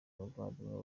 umuvandimwe